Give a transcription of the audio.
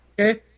Okay